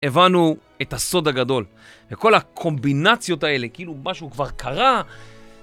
הבנו את הסוד הגדול וכל הקומבינציות האלה, כאילו משהו כבר קרה.